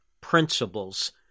principles